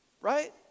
right